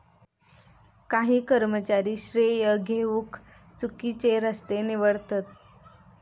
काही कर्मचारी श्रेय घेउक चुकिचे रस्ते निवडतत